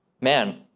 man